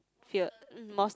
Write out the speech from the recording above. feared more